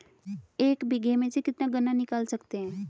एक बीघे में से कितना गन्ना निकाल सकते हैं?